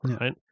right